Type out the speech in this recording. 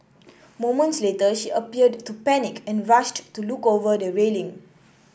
moments later she appeared to panic and rushed to look over the railing